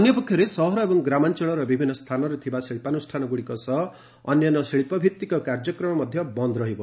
ଅନ୍ୟପକ୍ଷରେ ସହର ଏବଂ ଗ୍ରାମାଞ୍ଚଳର ବିଭିନ୍ନ ସ୍ଥାନରେ ଥିବା ଶିଳ୍ପାନୁଷ୍ଠାନଗୁଡ଼ିକ ସହ ଅନ୍ୟାନ୍ୟ ଶିଳ୍ପଭିତ୍ତିକ କାର୍ଯ୍ୟକ୍ରମ ମଧ୍ୟ ବନ୍ଦ ରହିବ